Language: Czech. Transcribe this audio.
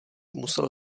musel